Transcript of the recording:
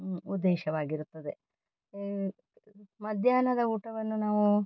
ಉದ್ದೇಶವಾಗಿರುತ್ತದೆ ಮಧ್ಯಾಹ್ನದ ಊಟವನ್ನು ನಾವು